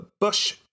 Bush